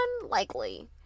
unlikely